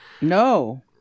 No